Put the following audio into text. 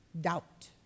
doubt